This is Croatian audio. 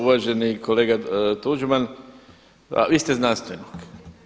Uvaženi kolega Tuđman, vi ste znanstvenik.